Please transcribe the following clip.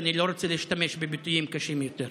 ואני לא רוצה להשתמש בביטויים קשים יותר.